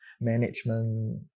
management